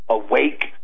awake